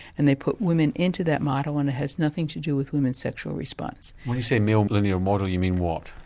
and they put women into that model, and it has nothing to do with women's sexual response. when you say male linear model, you mean what?